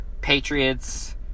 Patriots